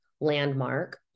landmark